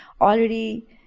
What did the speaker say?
already